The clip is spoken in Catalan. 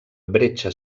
bretxa